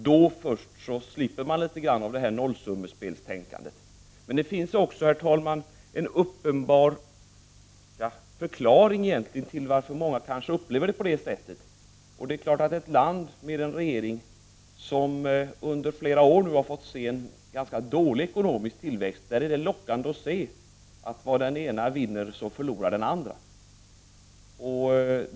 Då först slipper vi nollsummespelstänkandet. Men det finns också, herr talman, en uppenbar förklaring till varför många upplever det så. Det är klart att det i ett land där man under flera år har fått uppleva ganska dålig ekonomisk tillväxt är lockande att se att vad den ena vinner förlorar den andra.